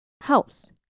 House